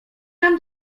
nam